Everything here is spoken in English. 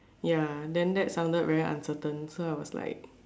ya then that sounded very uncertain so I was like